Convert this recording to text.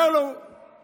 אומר לו הסגן,